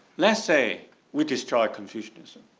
let's say we destroy confucianism.